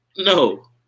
No